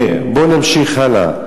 ובוא נמשיך הלאה: